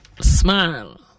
smile